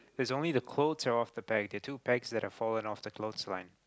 there is only the clothes that are off the peg the two pegs that have fallen off the clothesline